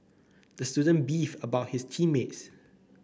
the student beefed about his team mates